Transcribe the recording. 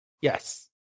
Yes